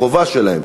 החובה שלהם,